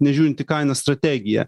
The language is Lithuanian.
nežiūrint į kainas strategija